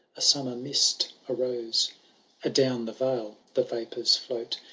a summer mist arose adown the vale the vapours float.